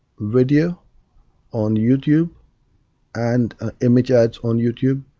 video on youtube and image ads on youtube,